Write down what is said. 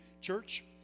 church